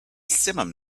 simum